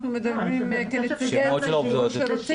אנחנו מדברים כנציגי ציבור שרוצים לעשות עבודה.